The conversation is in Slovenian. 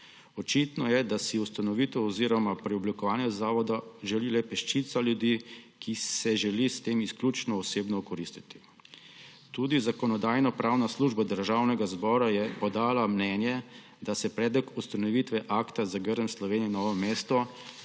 Očitno je, da si ustanovitev oziroma preoblikovanje zavoda želi le peščica ljudi, ki se želi s tem izključno osebno okoristiti. Tudi Zakonodajno-pravna služba Državnega zbora je podala mnenje, da se predlog ustanovitve akta za Grm Slovenija Novo mesto